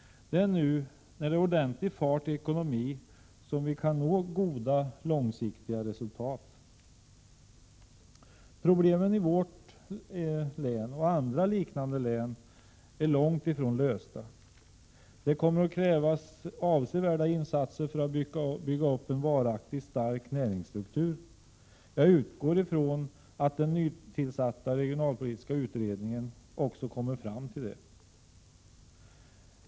Det är nu när det är ordentlig fart i ekonomin som vi kan nå goda långsiktiga resultat. Problemen i vårt och i andra liknande län är långt ifrån lösta. Det kommer att krävas avsevärda insatser för att bygga upp en varaktig stark näringsstruktur. Jag utgår ifrån att den nytillsatta regionalpolitiska utredningen också kommer fram till detta.